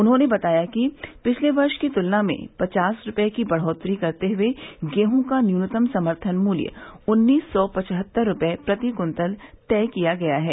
उन्होंने बताया कि पिछले वर्ष की तुलना में पचास रूपये की बढ़ोत्तरी करते हुये गेहूँ का न्यूनतम समर्थन मूल्य उन्नीस सौ पचहत्तर रूपया प्रति कतल तय किया गया है